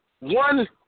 one